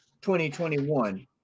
2021